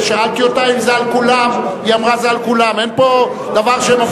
השאלה היא: האם אדוני השר לא יורה לאנשים במשרדו,